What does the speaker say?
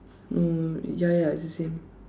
no ya ya it's the same